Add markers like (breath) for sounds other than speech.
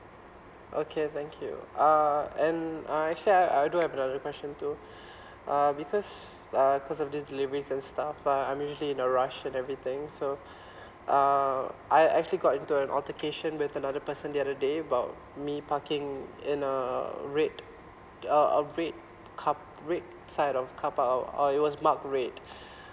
okay thank you uh and uh actually I I do have another question too (breath) uh because uh because of deliveries and stuff uh I'm usually in a rush and everything so (breath) uh I actually got into an altercation with another person the other day about me parking in a red uh a red car red side of car park uh uh it was mark red (breath)